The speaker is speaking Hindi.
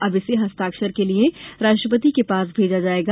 अब इसे हस्ताक्षर के लिये राष्ट्रपति के पास भेजा जाएगा